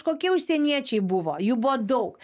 kokie užsieniečiai buvo jų buvo daug